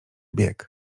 bieg